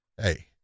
hey